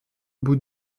bout